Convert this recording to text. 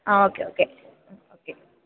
ആ okay okay okay